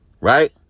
Right